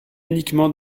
uniquement